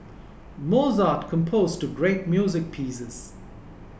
Mozart composed great music pieces